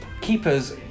Keepers